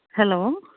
hello